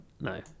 no